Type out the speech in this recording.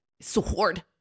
sword